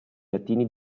latini